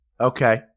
Okay